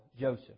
Joseph